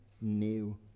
new